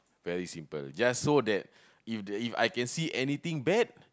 very simple just so that if the I can see anything bad